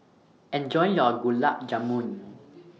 Enjoy your Gulab Jamun